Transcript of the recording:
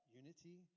unity